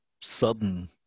sudden